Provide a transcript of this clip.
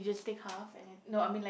just take half and then no I mean like